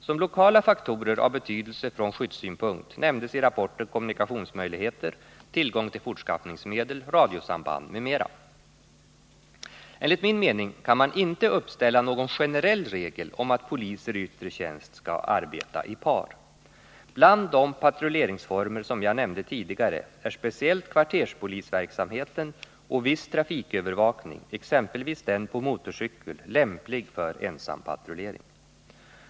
Som lokala faktorer av betydelse från skyddssynpunkt nämndes i rapporten kommunikationsmöjligheter, tillgång till fortskaffningsmedel, radiosamband m.m. Enligt min mening kan man inte uppställa någon generell regel om att poliser i yttre tjänst skall arbeta i par. Bland de patrulleringsformer som jag nämnde tidigare är speciellt kvarterspolisverksamheten och viss trafikövervakning, exempelvis den på motorcykel, lämplig för ensampatrullering.